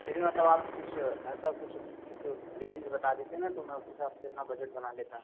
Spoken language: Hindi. फिर भी मतलब आप कुछ ऐसा कुछ फिक्स रेन्ज बता देते है ना तो मैं उसी हिसाब से अपना बजट बना लेता